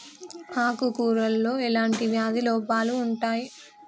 ఆకు కూరలో ఎలాంటి వ్యాధి లోపాలు ఉంటాయి?